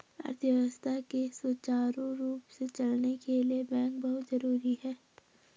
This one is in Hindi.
अर्थव्यवस्था के सुचारु रूप से चलने के लिए बैंक बहुत जरुरी हैं